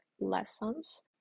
lessons